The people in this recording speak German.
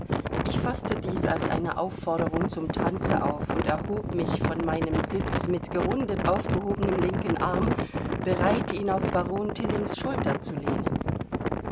ich faßte dies als eine aufforderung zum tanze auf und erhob mich von meinem sitz mit gerundet aufgehobenem linken arm bereit ihn auf baron tillings schulter zu lehnen